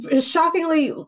shockingly